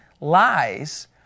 lies